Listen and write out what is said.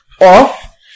off